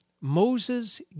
Moses